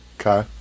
Okay